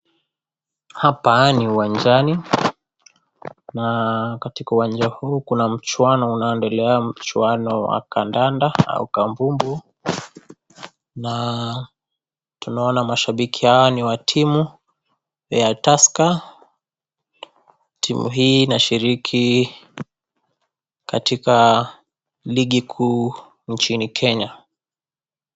Hapa ni uwanjani na katika uwanja huu kuna mchuano unaoendelea, mchuano wa kandanda au kambumbu na tunaona mashabiki hao ni wa timu ya Tusker ,timu hii inashiriki katika ligi kuu nchini Kenya.